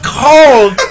called